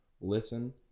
listen